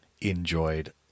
enjoyed